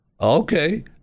okay